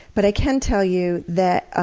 but i can tell you that ah